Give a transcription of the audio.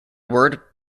word